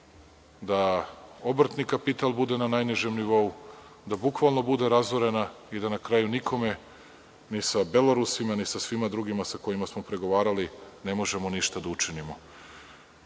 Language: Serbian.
da obrtni kapital bude na najnižem nivou, da bukvalno bude razorena i da na kraju nikome, ni sa Belorusima, ni sa svima drugima sa kojima smo pregovarali ne možemo ništa da učinimo. Dovodimo